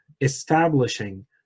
establishing